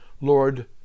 Lord